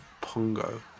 Pongo